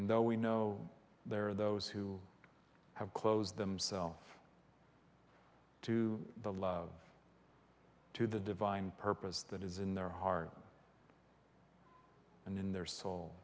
though we know there are those who have close themself to the love to the divine purpose that is in their heart and in their so